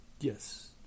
Yes